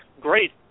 Great